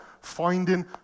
finding